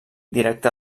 directe